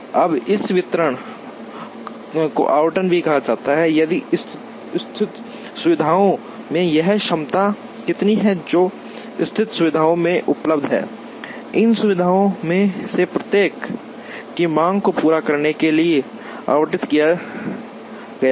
अब इस वितरण को आवंटन भी कहा जाता है जहां स्थित सुविधाओं में यह क्षमता कितनी है जो स्थित सुविधा में उपलब्ध है इन बिंदुओं में से प्रत्येक की मांगों को पूरा करने के लिए आवंटित किया गया है